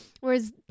Whereas